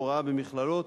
הוראה במכללות,